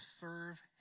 serve